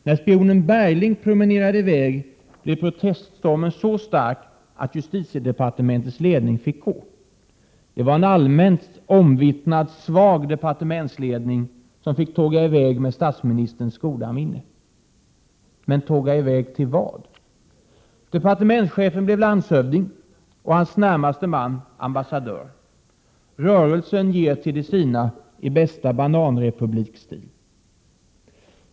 När spionen Bergling promenerade i väg blev proteststormen så stark att 101 justitiedepartementets ledning fick gå. Det var en allmänt omvittnad svag departementsledning som fick tåga i väg med statsministerns goda minne. Men tåga i väg till vad? Departementschefen blev landshövding, och hans närmaste man blev ambassadör. Rörelsen ger till de sina i bästa bananrepublikstil.